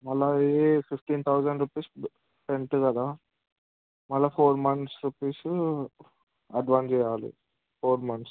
మళ్ళీ ఇది fifteen thousand rupees rent కదా మళ్ళీ ఫోర్ మంత్స్ రుపీసు అడ్వాన్స్ ఇవ్వాలి ఫోర్ మంత్స్